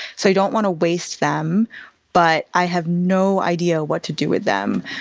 so you don't want to waste them but i have no idea what to do with them.